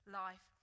life